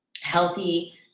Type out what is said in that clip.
healthy